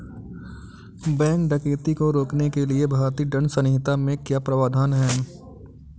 bank डकैती को रोकने के लिए भारतीय दंड संहिता में क्या प्रावधान है